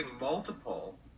multiple